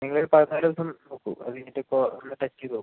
നിങ്ങൾ ഒരു പതിനാല് ദിവസം നോക്കൂ അത് കഴിഞ്ഞിട്ട് ഇപ്പോൾ ഒന്ന് ടെസ്റ്റ് ചെയ്ത് നോക്കൂ